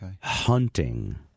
hunting